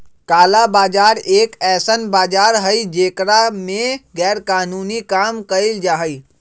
काला बाजार एक ऐसन बाजार हई जेकरा में गैरकानूनी काम कइल जाहई